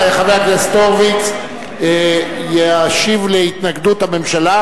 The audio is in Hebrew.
חבר הכנסת הורוביץ ישיב על התנגדות הממשלה,